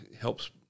helps